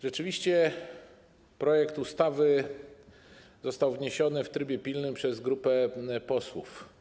Rzeczywiście projekt ustawy został wniesiony w trybie pilnym przez grupę posłów.